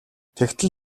тэгтэл